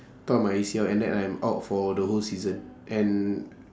tore my A_C_L and then I'm out for the whole season and